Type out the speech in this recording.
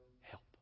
help